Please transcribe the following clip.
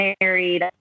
married